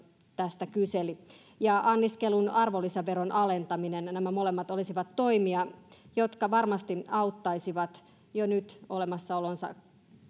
tästä kyseli ja anniskelun arvonlisäveron alentaminen nämä molemmat olisivat toimia jotka varmasti auttaisivat jo nyt olemassaolonsa